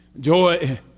Joy